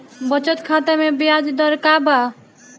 बचत खाता मे ब्याज दर का बा?